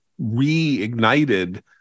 reignited